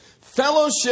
Fellowship